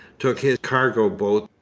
took his cargo boat,